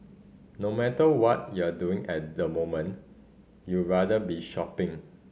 no matter what you're doing at the moment you rather be shopping